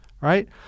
right